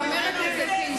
אני אומרת את זה כאשה,